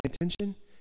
attention